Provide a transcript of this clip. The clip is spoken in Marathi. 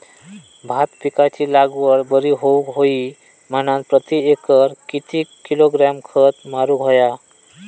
भात पिकाची लागवड बरी होऊक होई म्हणान प्रति एकर किती किलोग्रॅम खत मारुक होया?